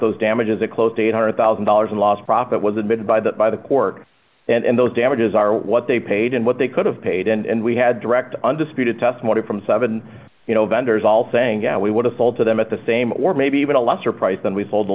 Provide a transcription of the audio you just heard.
those damages it closed eight hundred thousand dollars in lost profit was admitted by that by the court and those damages are what they paid and what they could have paid and we had direct undisputed testimony from seven you know vendors all saying yeah we would have sold to them at the same or maybe even a lesser price than we sold the